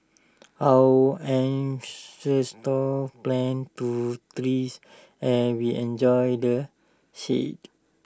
our ancestors planted to trees and we enjoy the shade